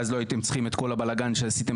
ואז לא הייתם צריכים את כל הבלגן שעשיתם